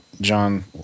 John